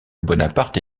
bonaparte